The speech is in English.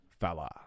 fella